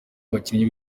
abakinnyi